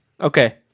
Okay